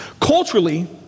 Culturally